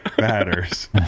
matters